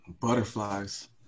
Butterflies